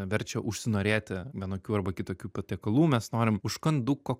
verčia užsinorėti vienokių arba kitokių patiekalų mes norim užkanduko